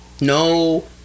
no